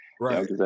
Right